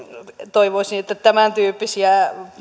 toivoisin että tämäntyyppisiä